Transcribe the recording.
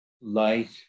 light